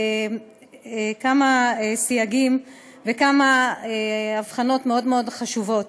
סייגים וכמה הבחנות מאוד מאוד חשובות.